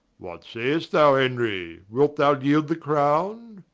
what say'st thou henry, wilt thou yeeld the crowne?